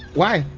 why?